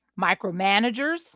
micromanagers